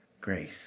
grace